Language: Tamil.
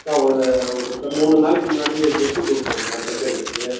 சார் ஒரு ஒருத்தர் மூணு நாளைக்கு முன்னாடி டிரெஸ்ஸு கொடுத்துருந்தேன் தைக்கிறதுக்கு